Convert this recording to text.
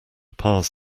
parse